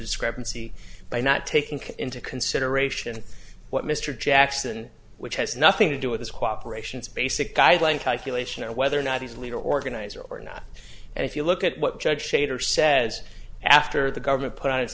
discrepancy by not taking into consideration what mr jackson which has nothing to do with his cooperations basic guideline calculation or whether or not he's a leader organizer or not and if you look at what judge shater says after the government put o